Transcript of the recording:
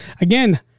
again